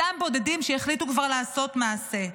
אותם בודדים שהחליטו כבר לעשות מעשה,